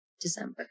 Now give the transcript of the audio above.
December